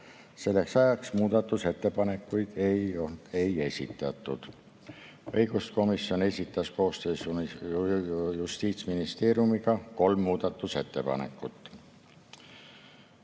Selleks ajaks muudatusettepanekuid ei esitatud. Õiguskomisjon esitas koos Justiitsministeeriumiga kolm muudatusettepanekut.